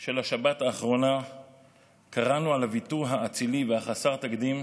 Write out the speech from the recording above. של השבת האחרונה קראנו על הוויתור האצילי וחסר התקדים